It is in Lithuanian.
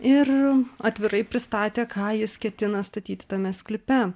ir atvirai pristatė ką jis ketina statyti tame sklype